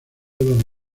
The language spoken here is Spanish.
don